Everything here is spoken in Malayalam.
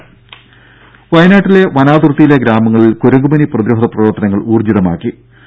ദേദ വയനാട്ടിലെ വനാതിർത്തിയിലെ ഗ്രാമങ്ങളിൽ കുരങ്ങുപനി പ്രതിരോധ പ്രവർത്തനങ്ങൾ ഊർജിതപ്പെടുത്തി